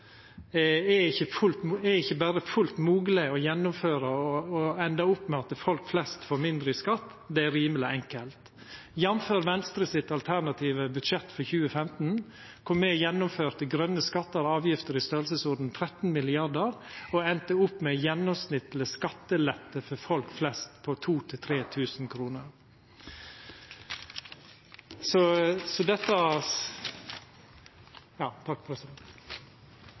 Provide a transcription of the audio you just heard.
ikkje berre fullt mogleg å gjennomføra og enda opp med at folk flest får mindre i skatt, det er rimeleg enkelt – jf. Venstres alternative budsjett for 2015, der me har forslag med omsyn til grøne skattar og avgifter i storleiken 13 mrd. kr og enda opp med ein gjennomsnittleg skattelette for folk flest på 2 000 kr–3 000 kr. Stortinget ga i 2013 sin tilslutning til